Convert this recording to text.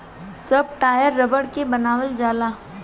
सब टायर रबड़ के बनावल जाला